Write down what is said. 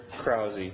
Krause